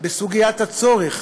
בסוגיית הצורך